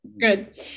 Good